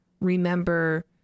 remember